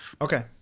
Okay